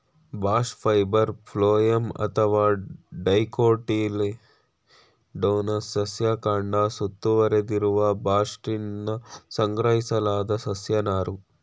bast fibre phloem ಅಥವಾ dicotyledonous ಸಸ್ಯ ಕಾಂಡ ಸುತ್ತುವರೆದಿರುವ ಬಾಸ್ಟ್ನಿಂದ ಸಂಗ್ರಹಿಸಲಾದ ಸಸ್ಯ ನಾರು